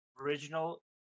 original